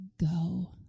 go